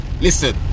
listen